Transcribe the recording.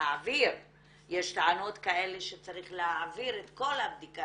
יש טענות כאלה שצריך להעביר את כל הבדיקה